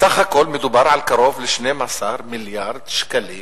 בסך הכול מדובר על קרוב ל-12 מיליארד שקלים